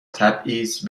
تبعیض